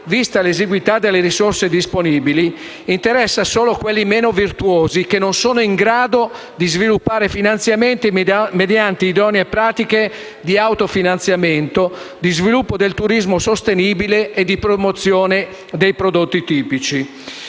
vista l’esiguità delle risorse disponibili, interessa solo quelli meno virtuosi che non sono in grado di sviluppare finanziamenti mediante idonee pratiche di autofinanziamento, di sviluppo del turismo sostenibile e di promozione dei prodotti tipici.